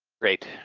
great,